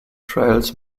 trials